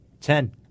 Ten